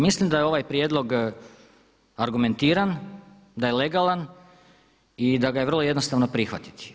Mislim da je ovaj prijedlog argumentiran, da je legalan i da ga je vrlo jednostavno prihvatiti.